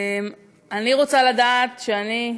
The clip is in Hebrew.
אני רוצה לדעת שאני,